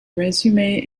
resume